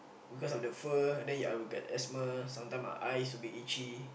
because of the fur then I will get asthma sometimes my eye will be itchy